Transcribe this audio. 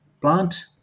plant